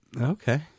Okay